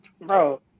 bro